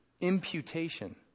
imputation